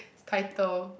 title